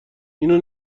اینو